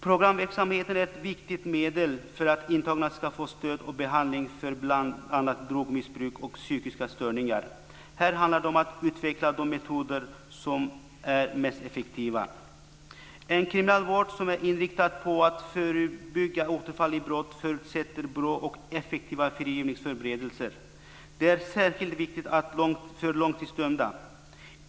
Programverksamheten är ett viktigt medel för att intagna ska få stöd och behandling för bl.a. drogmissbruk och psykiska störningar. Här handlar det om att utveckla de metoder som är mest effektiva. En kriminalvård som är inriktad på att förebygga återfall i brott förutsätter bra och effektiva frigivningsförberedelser. Det är särskilt viktigt för långtidsdömda.